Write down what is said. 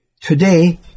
Today